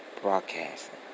Broadcasting